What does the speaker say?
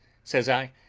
says i,